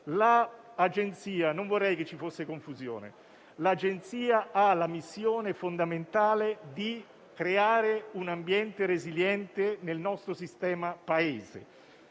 l'Agenzia ha la missione fondamentale di creare un ambiente resiliente nel nostro sistema Paese: